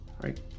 right